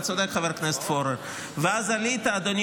השתתפנו בו, כן.